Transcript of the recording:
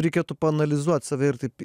reikėtų paanalizuot save ir taip